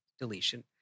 deletion